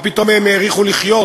מה פתאום הם האריכו לחיות?